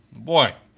boy,